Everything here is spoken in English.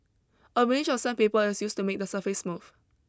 a range of sandpaper is used to make the surface smooth